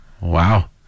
Wow